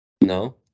No